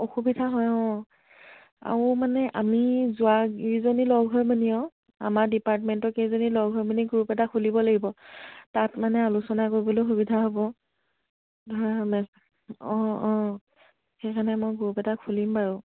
অসুবিধা হয় অঁ আৰু মানে আমি যোৱা কেইজনী লগ হৈ মানি আৰু আমাৰ ডিপাৰ্টমেণ্টৰ কেইজনী লগ হৈ মানি গ্ৰুপ এটা খুলিব লাগিব তাত মানে আলোচনা কৰিবলৈ সুবিধা হ'ব ধৰা অঁ অঁ সেইকাৰণে মই গ্ৰুপ এটা খুলিম বাৰু